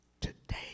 today